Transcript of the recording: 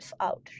out